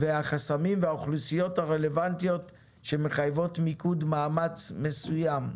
והחסמים והאוכלוסיות הרלוונטיות שמחייבות מיקוד מאמץ מסוים.